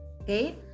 okay